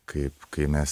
kaip kai mes